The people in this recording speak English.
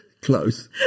close